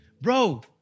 bro